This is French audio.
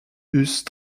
eussent